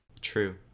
True